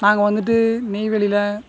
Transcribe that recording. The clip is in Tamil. நாங்க வந்துட்டு நெய்வேலியில்